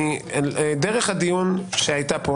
דרך הדיון שהייתה כאן,